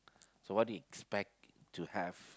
so what did you expect to have